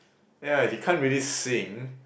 yeah he can't really sing